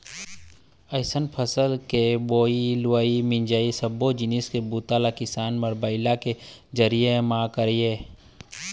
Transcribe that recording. अइसने फसल के बोवई, लुवई, मिंजई सब्बो जिनिस के बूता ल किसान मन ह बइला के जरिए म करय